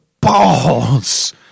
balls